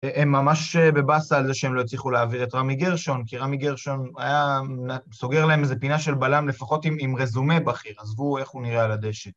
הם ממש בבאסה על זה שהם לא הצליחו להעביר את רמי גרשון, כי רמי גרשון היה סוגר להם איזו פינה של בלם לפחות עם רזומה בכיר, עזבו איך הוא נראה על הדא